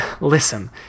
listen